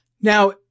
Now